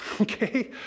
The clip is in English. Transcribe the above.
Okay